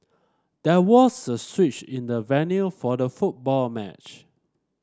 there was a switch in the venue for the football match